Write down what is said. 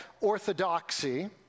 orthodoxy